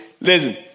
Listen